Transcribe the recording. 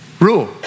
Rule